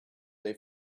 they